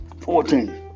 fourteen